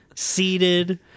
Seated